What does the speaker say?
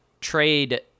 trade